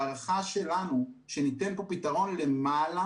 ההערכה שלנו היא שניתן פה פתרון למעלה